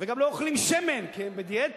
וגם לא אוכלים שמן כי הם בדיאטה,